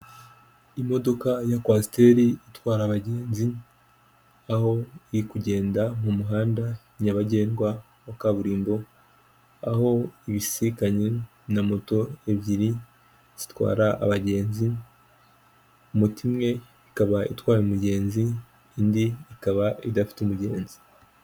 Imodoka ya kwasiteri itwara abagenzi, aho iri kugenda mu muhanda nyabagendwa wa kaburimbo, aho ibisikanye na moto ebyiri zitwara abagenzi, moto imwe ikaba itwaye umugenzi, indi ikaba idafite umugenzi.